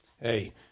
hey